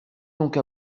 donc